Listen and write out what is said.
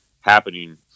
happening